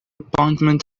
appointment